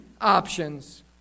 Options